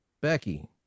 becky